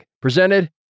presented